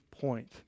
point